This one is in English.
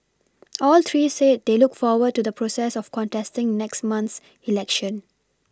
all three said they look forward to the process of contesting next month's election